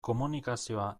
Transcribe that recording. komunikazioa